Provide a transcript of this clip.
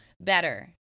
better